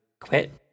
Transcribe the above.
quit